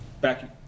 Back